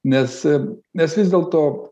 nes nes vis dėlto